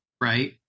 Right